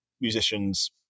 musicians